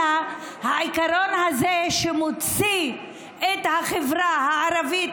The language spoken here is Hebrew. אלא העיקרון שמוציא את החברה הערבית